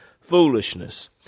foolishness